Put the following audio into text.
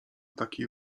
takiej